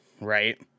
right